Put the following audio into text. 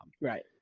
Right